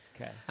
Okay